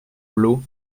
blot